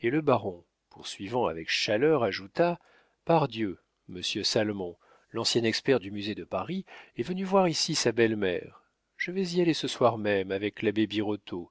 et le baron poursuivant avec chaleur ajouta par dieu monsieur salmon l'ancien expert du musée de paris est venu voir ici sa belle-mère je vais y aller ce soir même avec l'abbé birotteau